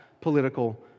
political